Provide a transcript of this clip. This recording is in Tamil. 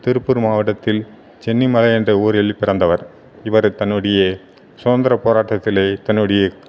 திருப்பூர் மாவட்டத்தில் சென்னிமலை என்ற ஊரில் பிறந்தவர் இவர் தன்னுடைய சுதந்திர போராட்டத்தில் தன்னுடைய